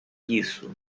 isso